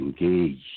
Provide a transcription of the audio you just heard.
engaged